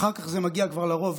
ואחר כך זה מגיע כבר לרוב,